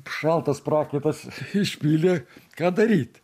šaltas prakaitas išpylė ką daryt